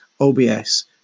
OBS